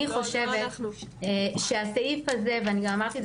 אני חושבת שהסעיף הזה ואני גם אמרתי את